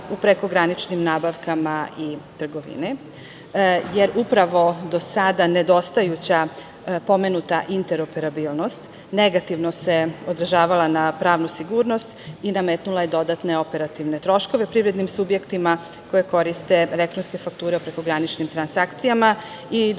u prekograničnim nabavkama i trgovini, jer upravo do sada nedostajuća pomenuta interoperabilnost negativno se odražavala na pravnu sigurnost i nametnula je dodatne operativne troškove privrednim subjektima koje koriste elektronske fakture o prekograničnim transakcijama i dovodilo